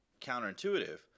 counterintuitive